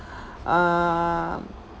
um